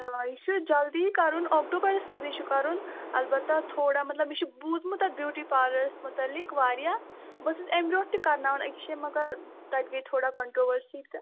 آ یہِ چھُ جلدٕے کَرُن اکتوٗبَرس منٛزٕے چھُ کَرُن البتہٕ تھوڑا مطلب مےٚ چھُ بوٗزمُت اَتھ بیٛوٗٹی پارلرَس مُتعلق واریاہ بہٕ ٲسٕس اَمہِ برٛونٛہہ تہِ کرٕناوان أکِس شایہِ مگر تتہِ گٔے تھوڑا کنٛٹرؤرسِی تہٕ